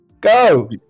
Go